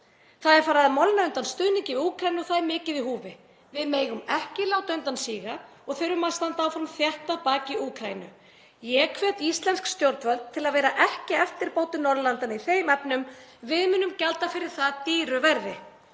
Það er farið að molna undan stuðningi við Úkraínu og það er mikið í húfi. Við megum ekki láta undan síga og þurfum að standa áfram þétt að baki Úkraínu. Ég hvet íslensk stjórnvöld til að vera ekki eftirbátur Norðurlandanna í þeim efnum, við munum gjalda fyrir það dýru verði.